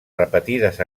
repetides